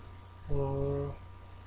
err